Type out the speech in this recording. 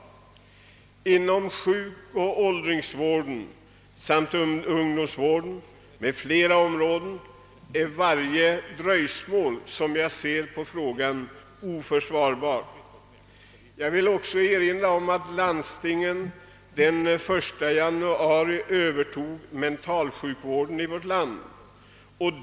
Inom sjuk-, åldringssamt ungdomsvården m.fl. områden är varje dröjsmål enligt min mening oförsvarbart. Jag vill också erinra om att landstingen den 1 januari övertog mentalsjukvården i vårt land.